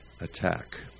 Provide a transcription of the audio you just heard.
attack